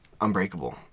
Unbreakable